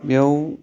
बेयाव